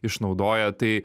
išnaudoja tai